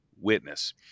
witness